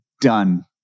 done